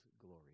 glory